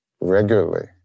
regularly